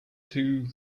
two